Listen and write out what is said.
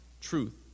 truth